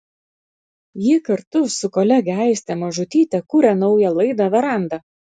ji kartu su kolege aiste mažutyte kuria naują laidą veranda